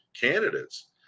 candidates